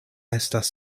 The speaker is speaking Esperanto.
estas